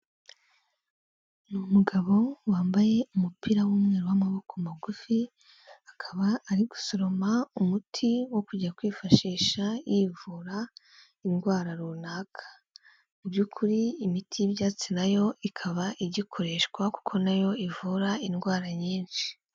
Ni umugabo wambaye umupira w'umweru w'amaboko magufi, akaba ari gusoroma umuti wo kujya kwifashisha yivura indwara runaka, mu by'ukuri imiti y'ibyatsi nayo ikaba igikoreshwa kuko nayo ivura indwara nyinshi.